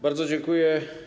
Bardzo dziękuję.